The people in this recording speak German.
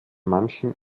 manchen